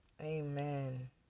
Amen